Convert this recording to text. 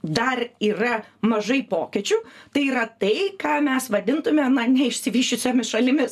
dar yra mažai pokyčių tai yra tai ką mes vadintume na ne išsivysčiusiomis šalimis